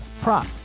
prop